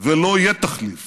ולא יהיה תחליף